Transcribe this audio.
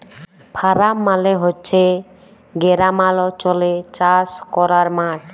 farm মালে হছে গেরামালচলে চাষ ক্যরার মাঠ